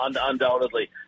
undoubtedly